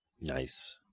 Nice